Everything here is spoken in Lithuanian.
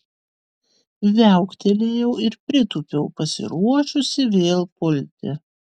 viauktelėjau ir pritūpiau pasiruošusi vėl pulti